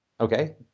Okay